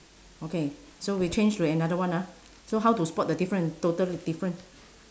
okay so we change to another one ah so how to spot the different totally different